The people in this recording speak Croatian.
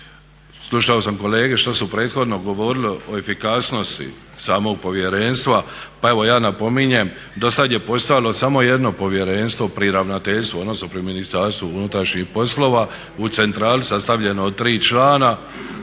Slušao sam kolege što su prethodno govorili o efikasnosti samog povjerenstva, pa evo ja napominjem do sad je postojalo samo jedno Povjerenstvo pri Ravnateljstvu, odnosno pri MUP-u u centrali sastavljeno od 3 člana